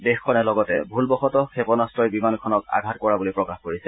দেশখনে লগতে ভূলবশতঃ ক্ষেপণান্তই বিমানখনক আঘাত কৰা বুলি প্ৰকাশ কৰিছে